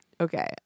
Okay